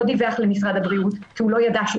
לא דיווח למשרד הבריאות כי הוא לא ידע שהוא